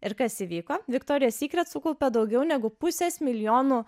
ir kas įvyko viktorija sykret sukaupė daugiau negu pusės milijonų